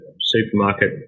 supermarket